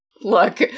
look